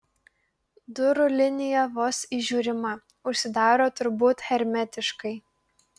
durų linija vos įžiūrima užsidaro turbūt hermetiškai